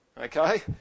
Okay